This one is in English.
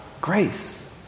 grace